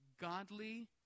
godly